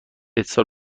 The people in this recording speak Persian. اتصال